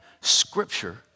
scripture